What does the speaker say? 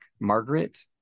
Margaret